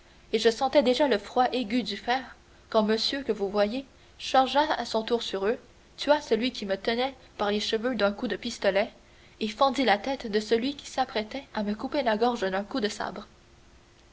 et je sentais déjà le froid aigu du fer quand monsieur que vous voyez chargea à son tour sur eux tua celui qui me tenait par les cheveux d'un coup de pistolet et fendit la tête de celui qui s'apprêtait à me couper la gorge d'un coup de sabre